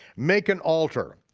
make an altar,